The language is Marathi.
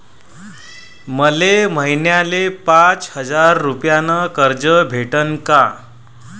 मले महिन्याले पाच हजार रुपयानं कर्ज भेटन का?